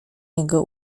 jego